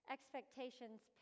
Expectations